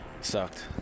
Sucked